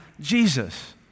Jesus